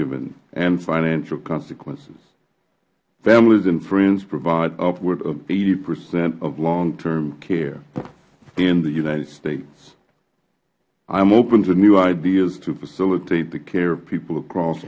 giving and financial consequences families and friends provide upwards of eighty percent of long term care in the united states i am open to new ideas to facilitate the care of people across